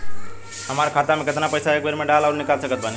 हमार खाता मे केतना पईसा एक बेर मे डाल आऊर निकाल सकत बानी?